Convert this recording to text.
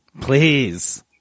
Please